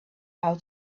how